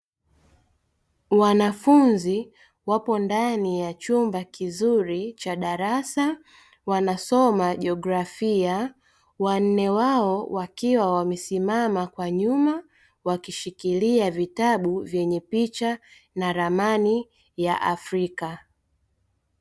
Wanafunzi wapo ndani ya chumba kizuri cha darasa wanasoma jiografia, wanne wao wakiwa wamesimama kwa nyuma wakishikilia vitabu vyenye picha na ramani ya afrika.